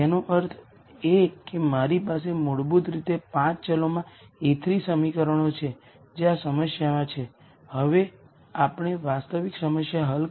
તેથી તેનો અર્થ એ કે આ એન આર આઇગન વેક્ટરર્સ પણ સ્વતંત્ર છે